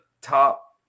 top